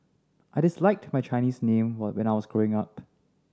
I disliked my Chinese name were when I was growing up